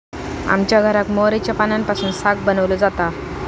आमच्या घराक मोहरीच्या पानांपासून साग बनवलो जाता